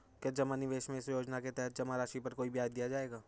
क्या जमा निवेश में इस योजना के तहत जमा राशि पर कोई ब्याज दिया जाएगा?